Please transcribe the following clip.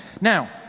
Now